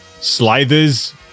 slithers